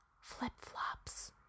Flip-flops